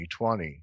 2020